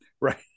right